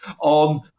on